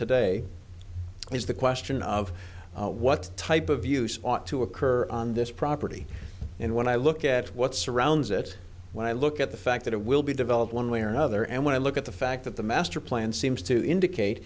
today is the of what type of use ought to occur on this property and when i look at what surrounds it when i look at the fact that it will be developed one way or another and when i look at the fact that the master plan seems to indicate